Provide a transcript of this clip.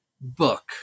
book